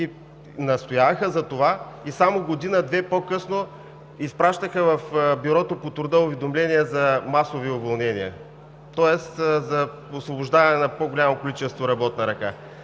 Настояха за това и само година-две по-късно изпращаха в Бюрото по труда уведомления за масови уволнения, тоест за освобождаване на по-голямо количество работна ръка.